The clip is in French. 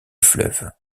fleuves